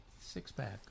six-pack